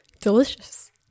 delicious